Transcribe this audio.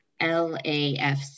LAFC